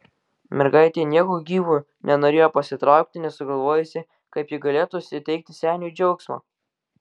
mergaitė nieku gyvu nenorėjo pasitraukti nesugalvojusi kaip ji galėtų suteikti seniui džiaugsmo